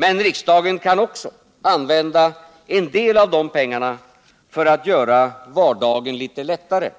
Men riksdagen kan också använda en del av de pengarna för att göra vardagen litet lättare